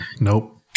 nope